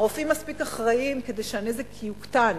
הרופאים מספיק אחראיים כדי שהנזק יוקטן,